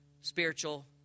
spiritual